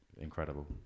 incredible